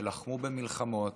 שלחמו במלחמות,